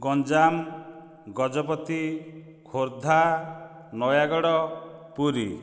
Ganjam Gajapati Khordha Nayagarh Puri